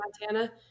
Montana